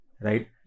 Right